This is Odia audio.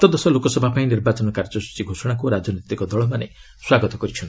ସପ୍ତଦଶ ଲୋକସଭା ପାଇଁ ନିର୍ବାଚନ କାର୍ଯ୍ୟସ୍ଟଚୀ ଘୋଷଣାକୁ ରାଜନୈତିକ ଦଳମାନେ ସ୍ୱାଗତ କରିଚ୍ଛନ୍ତି